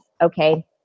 okay